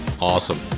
awesome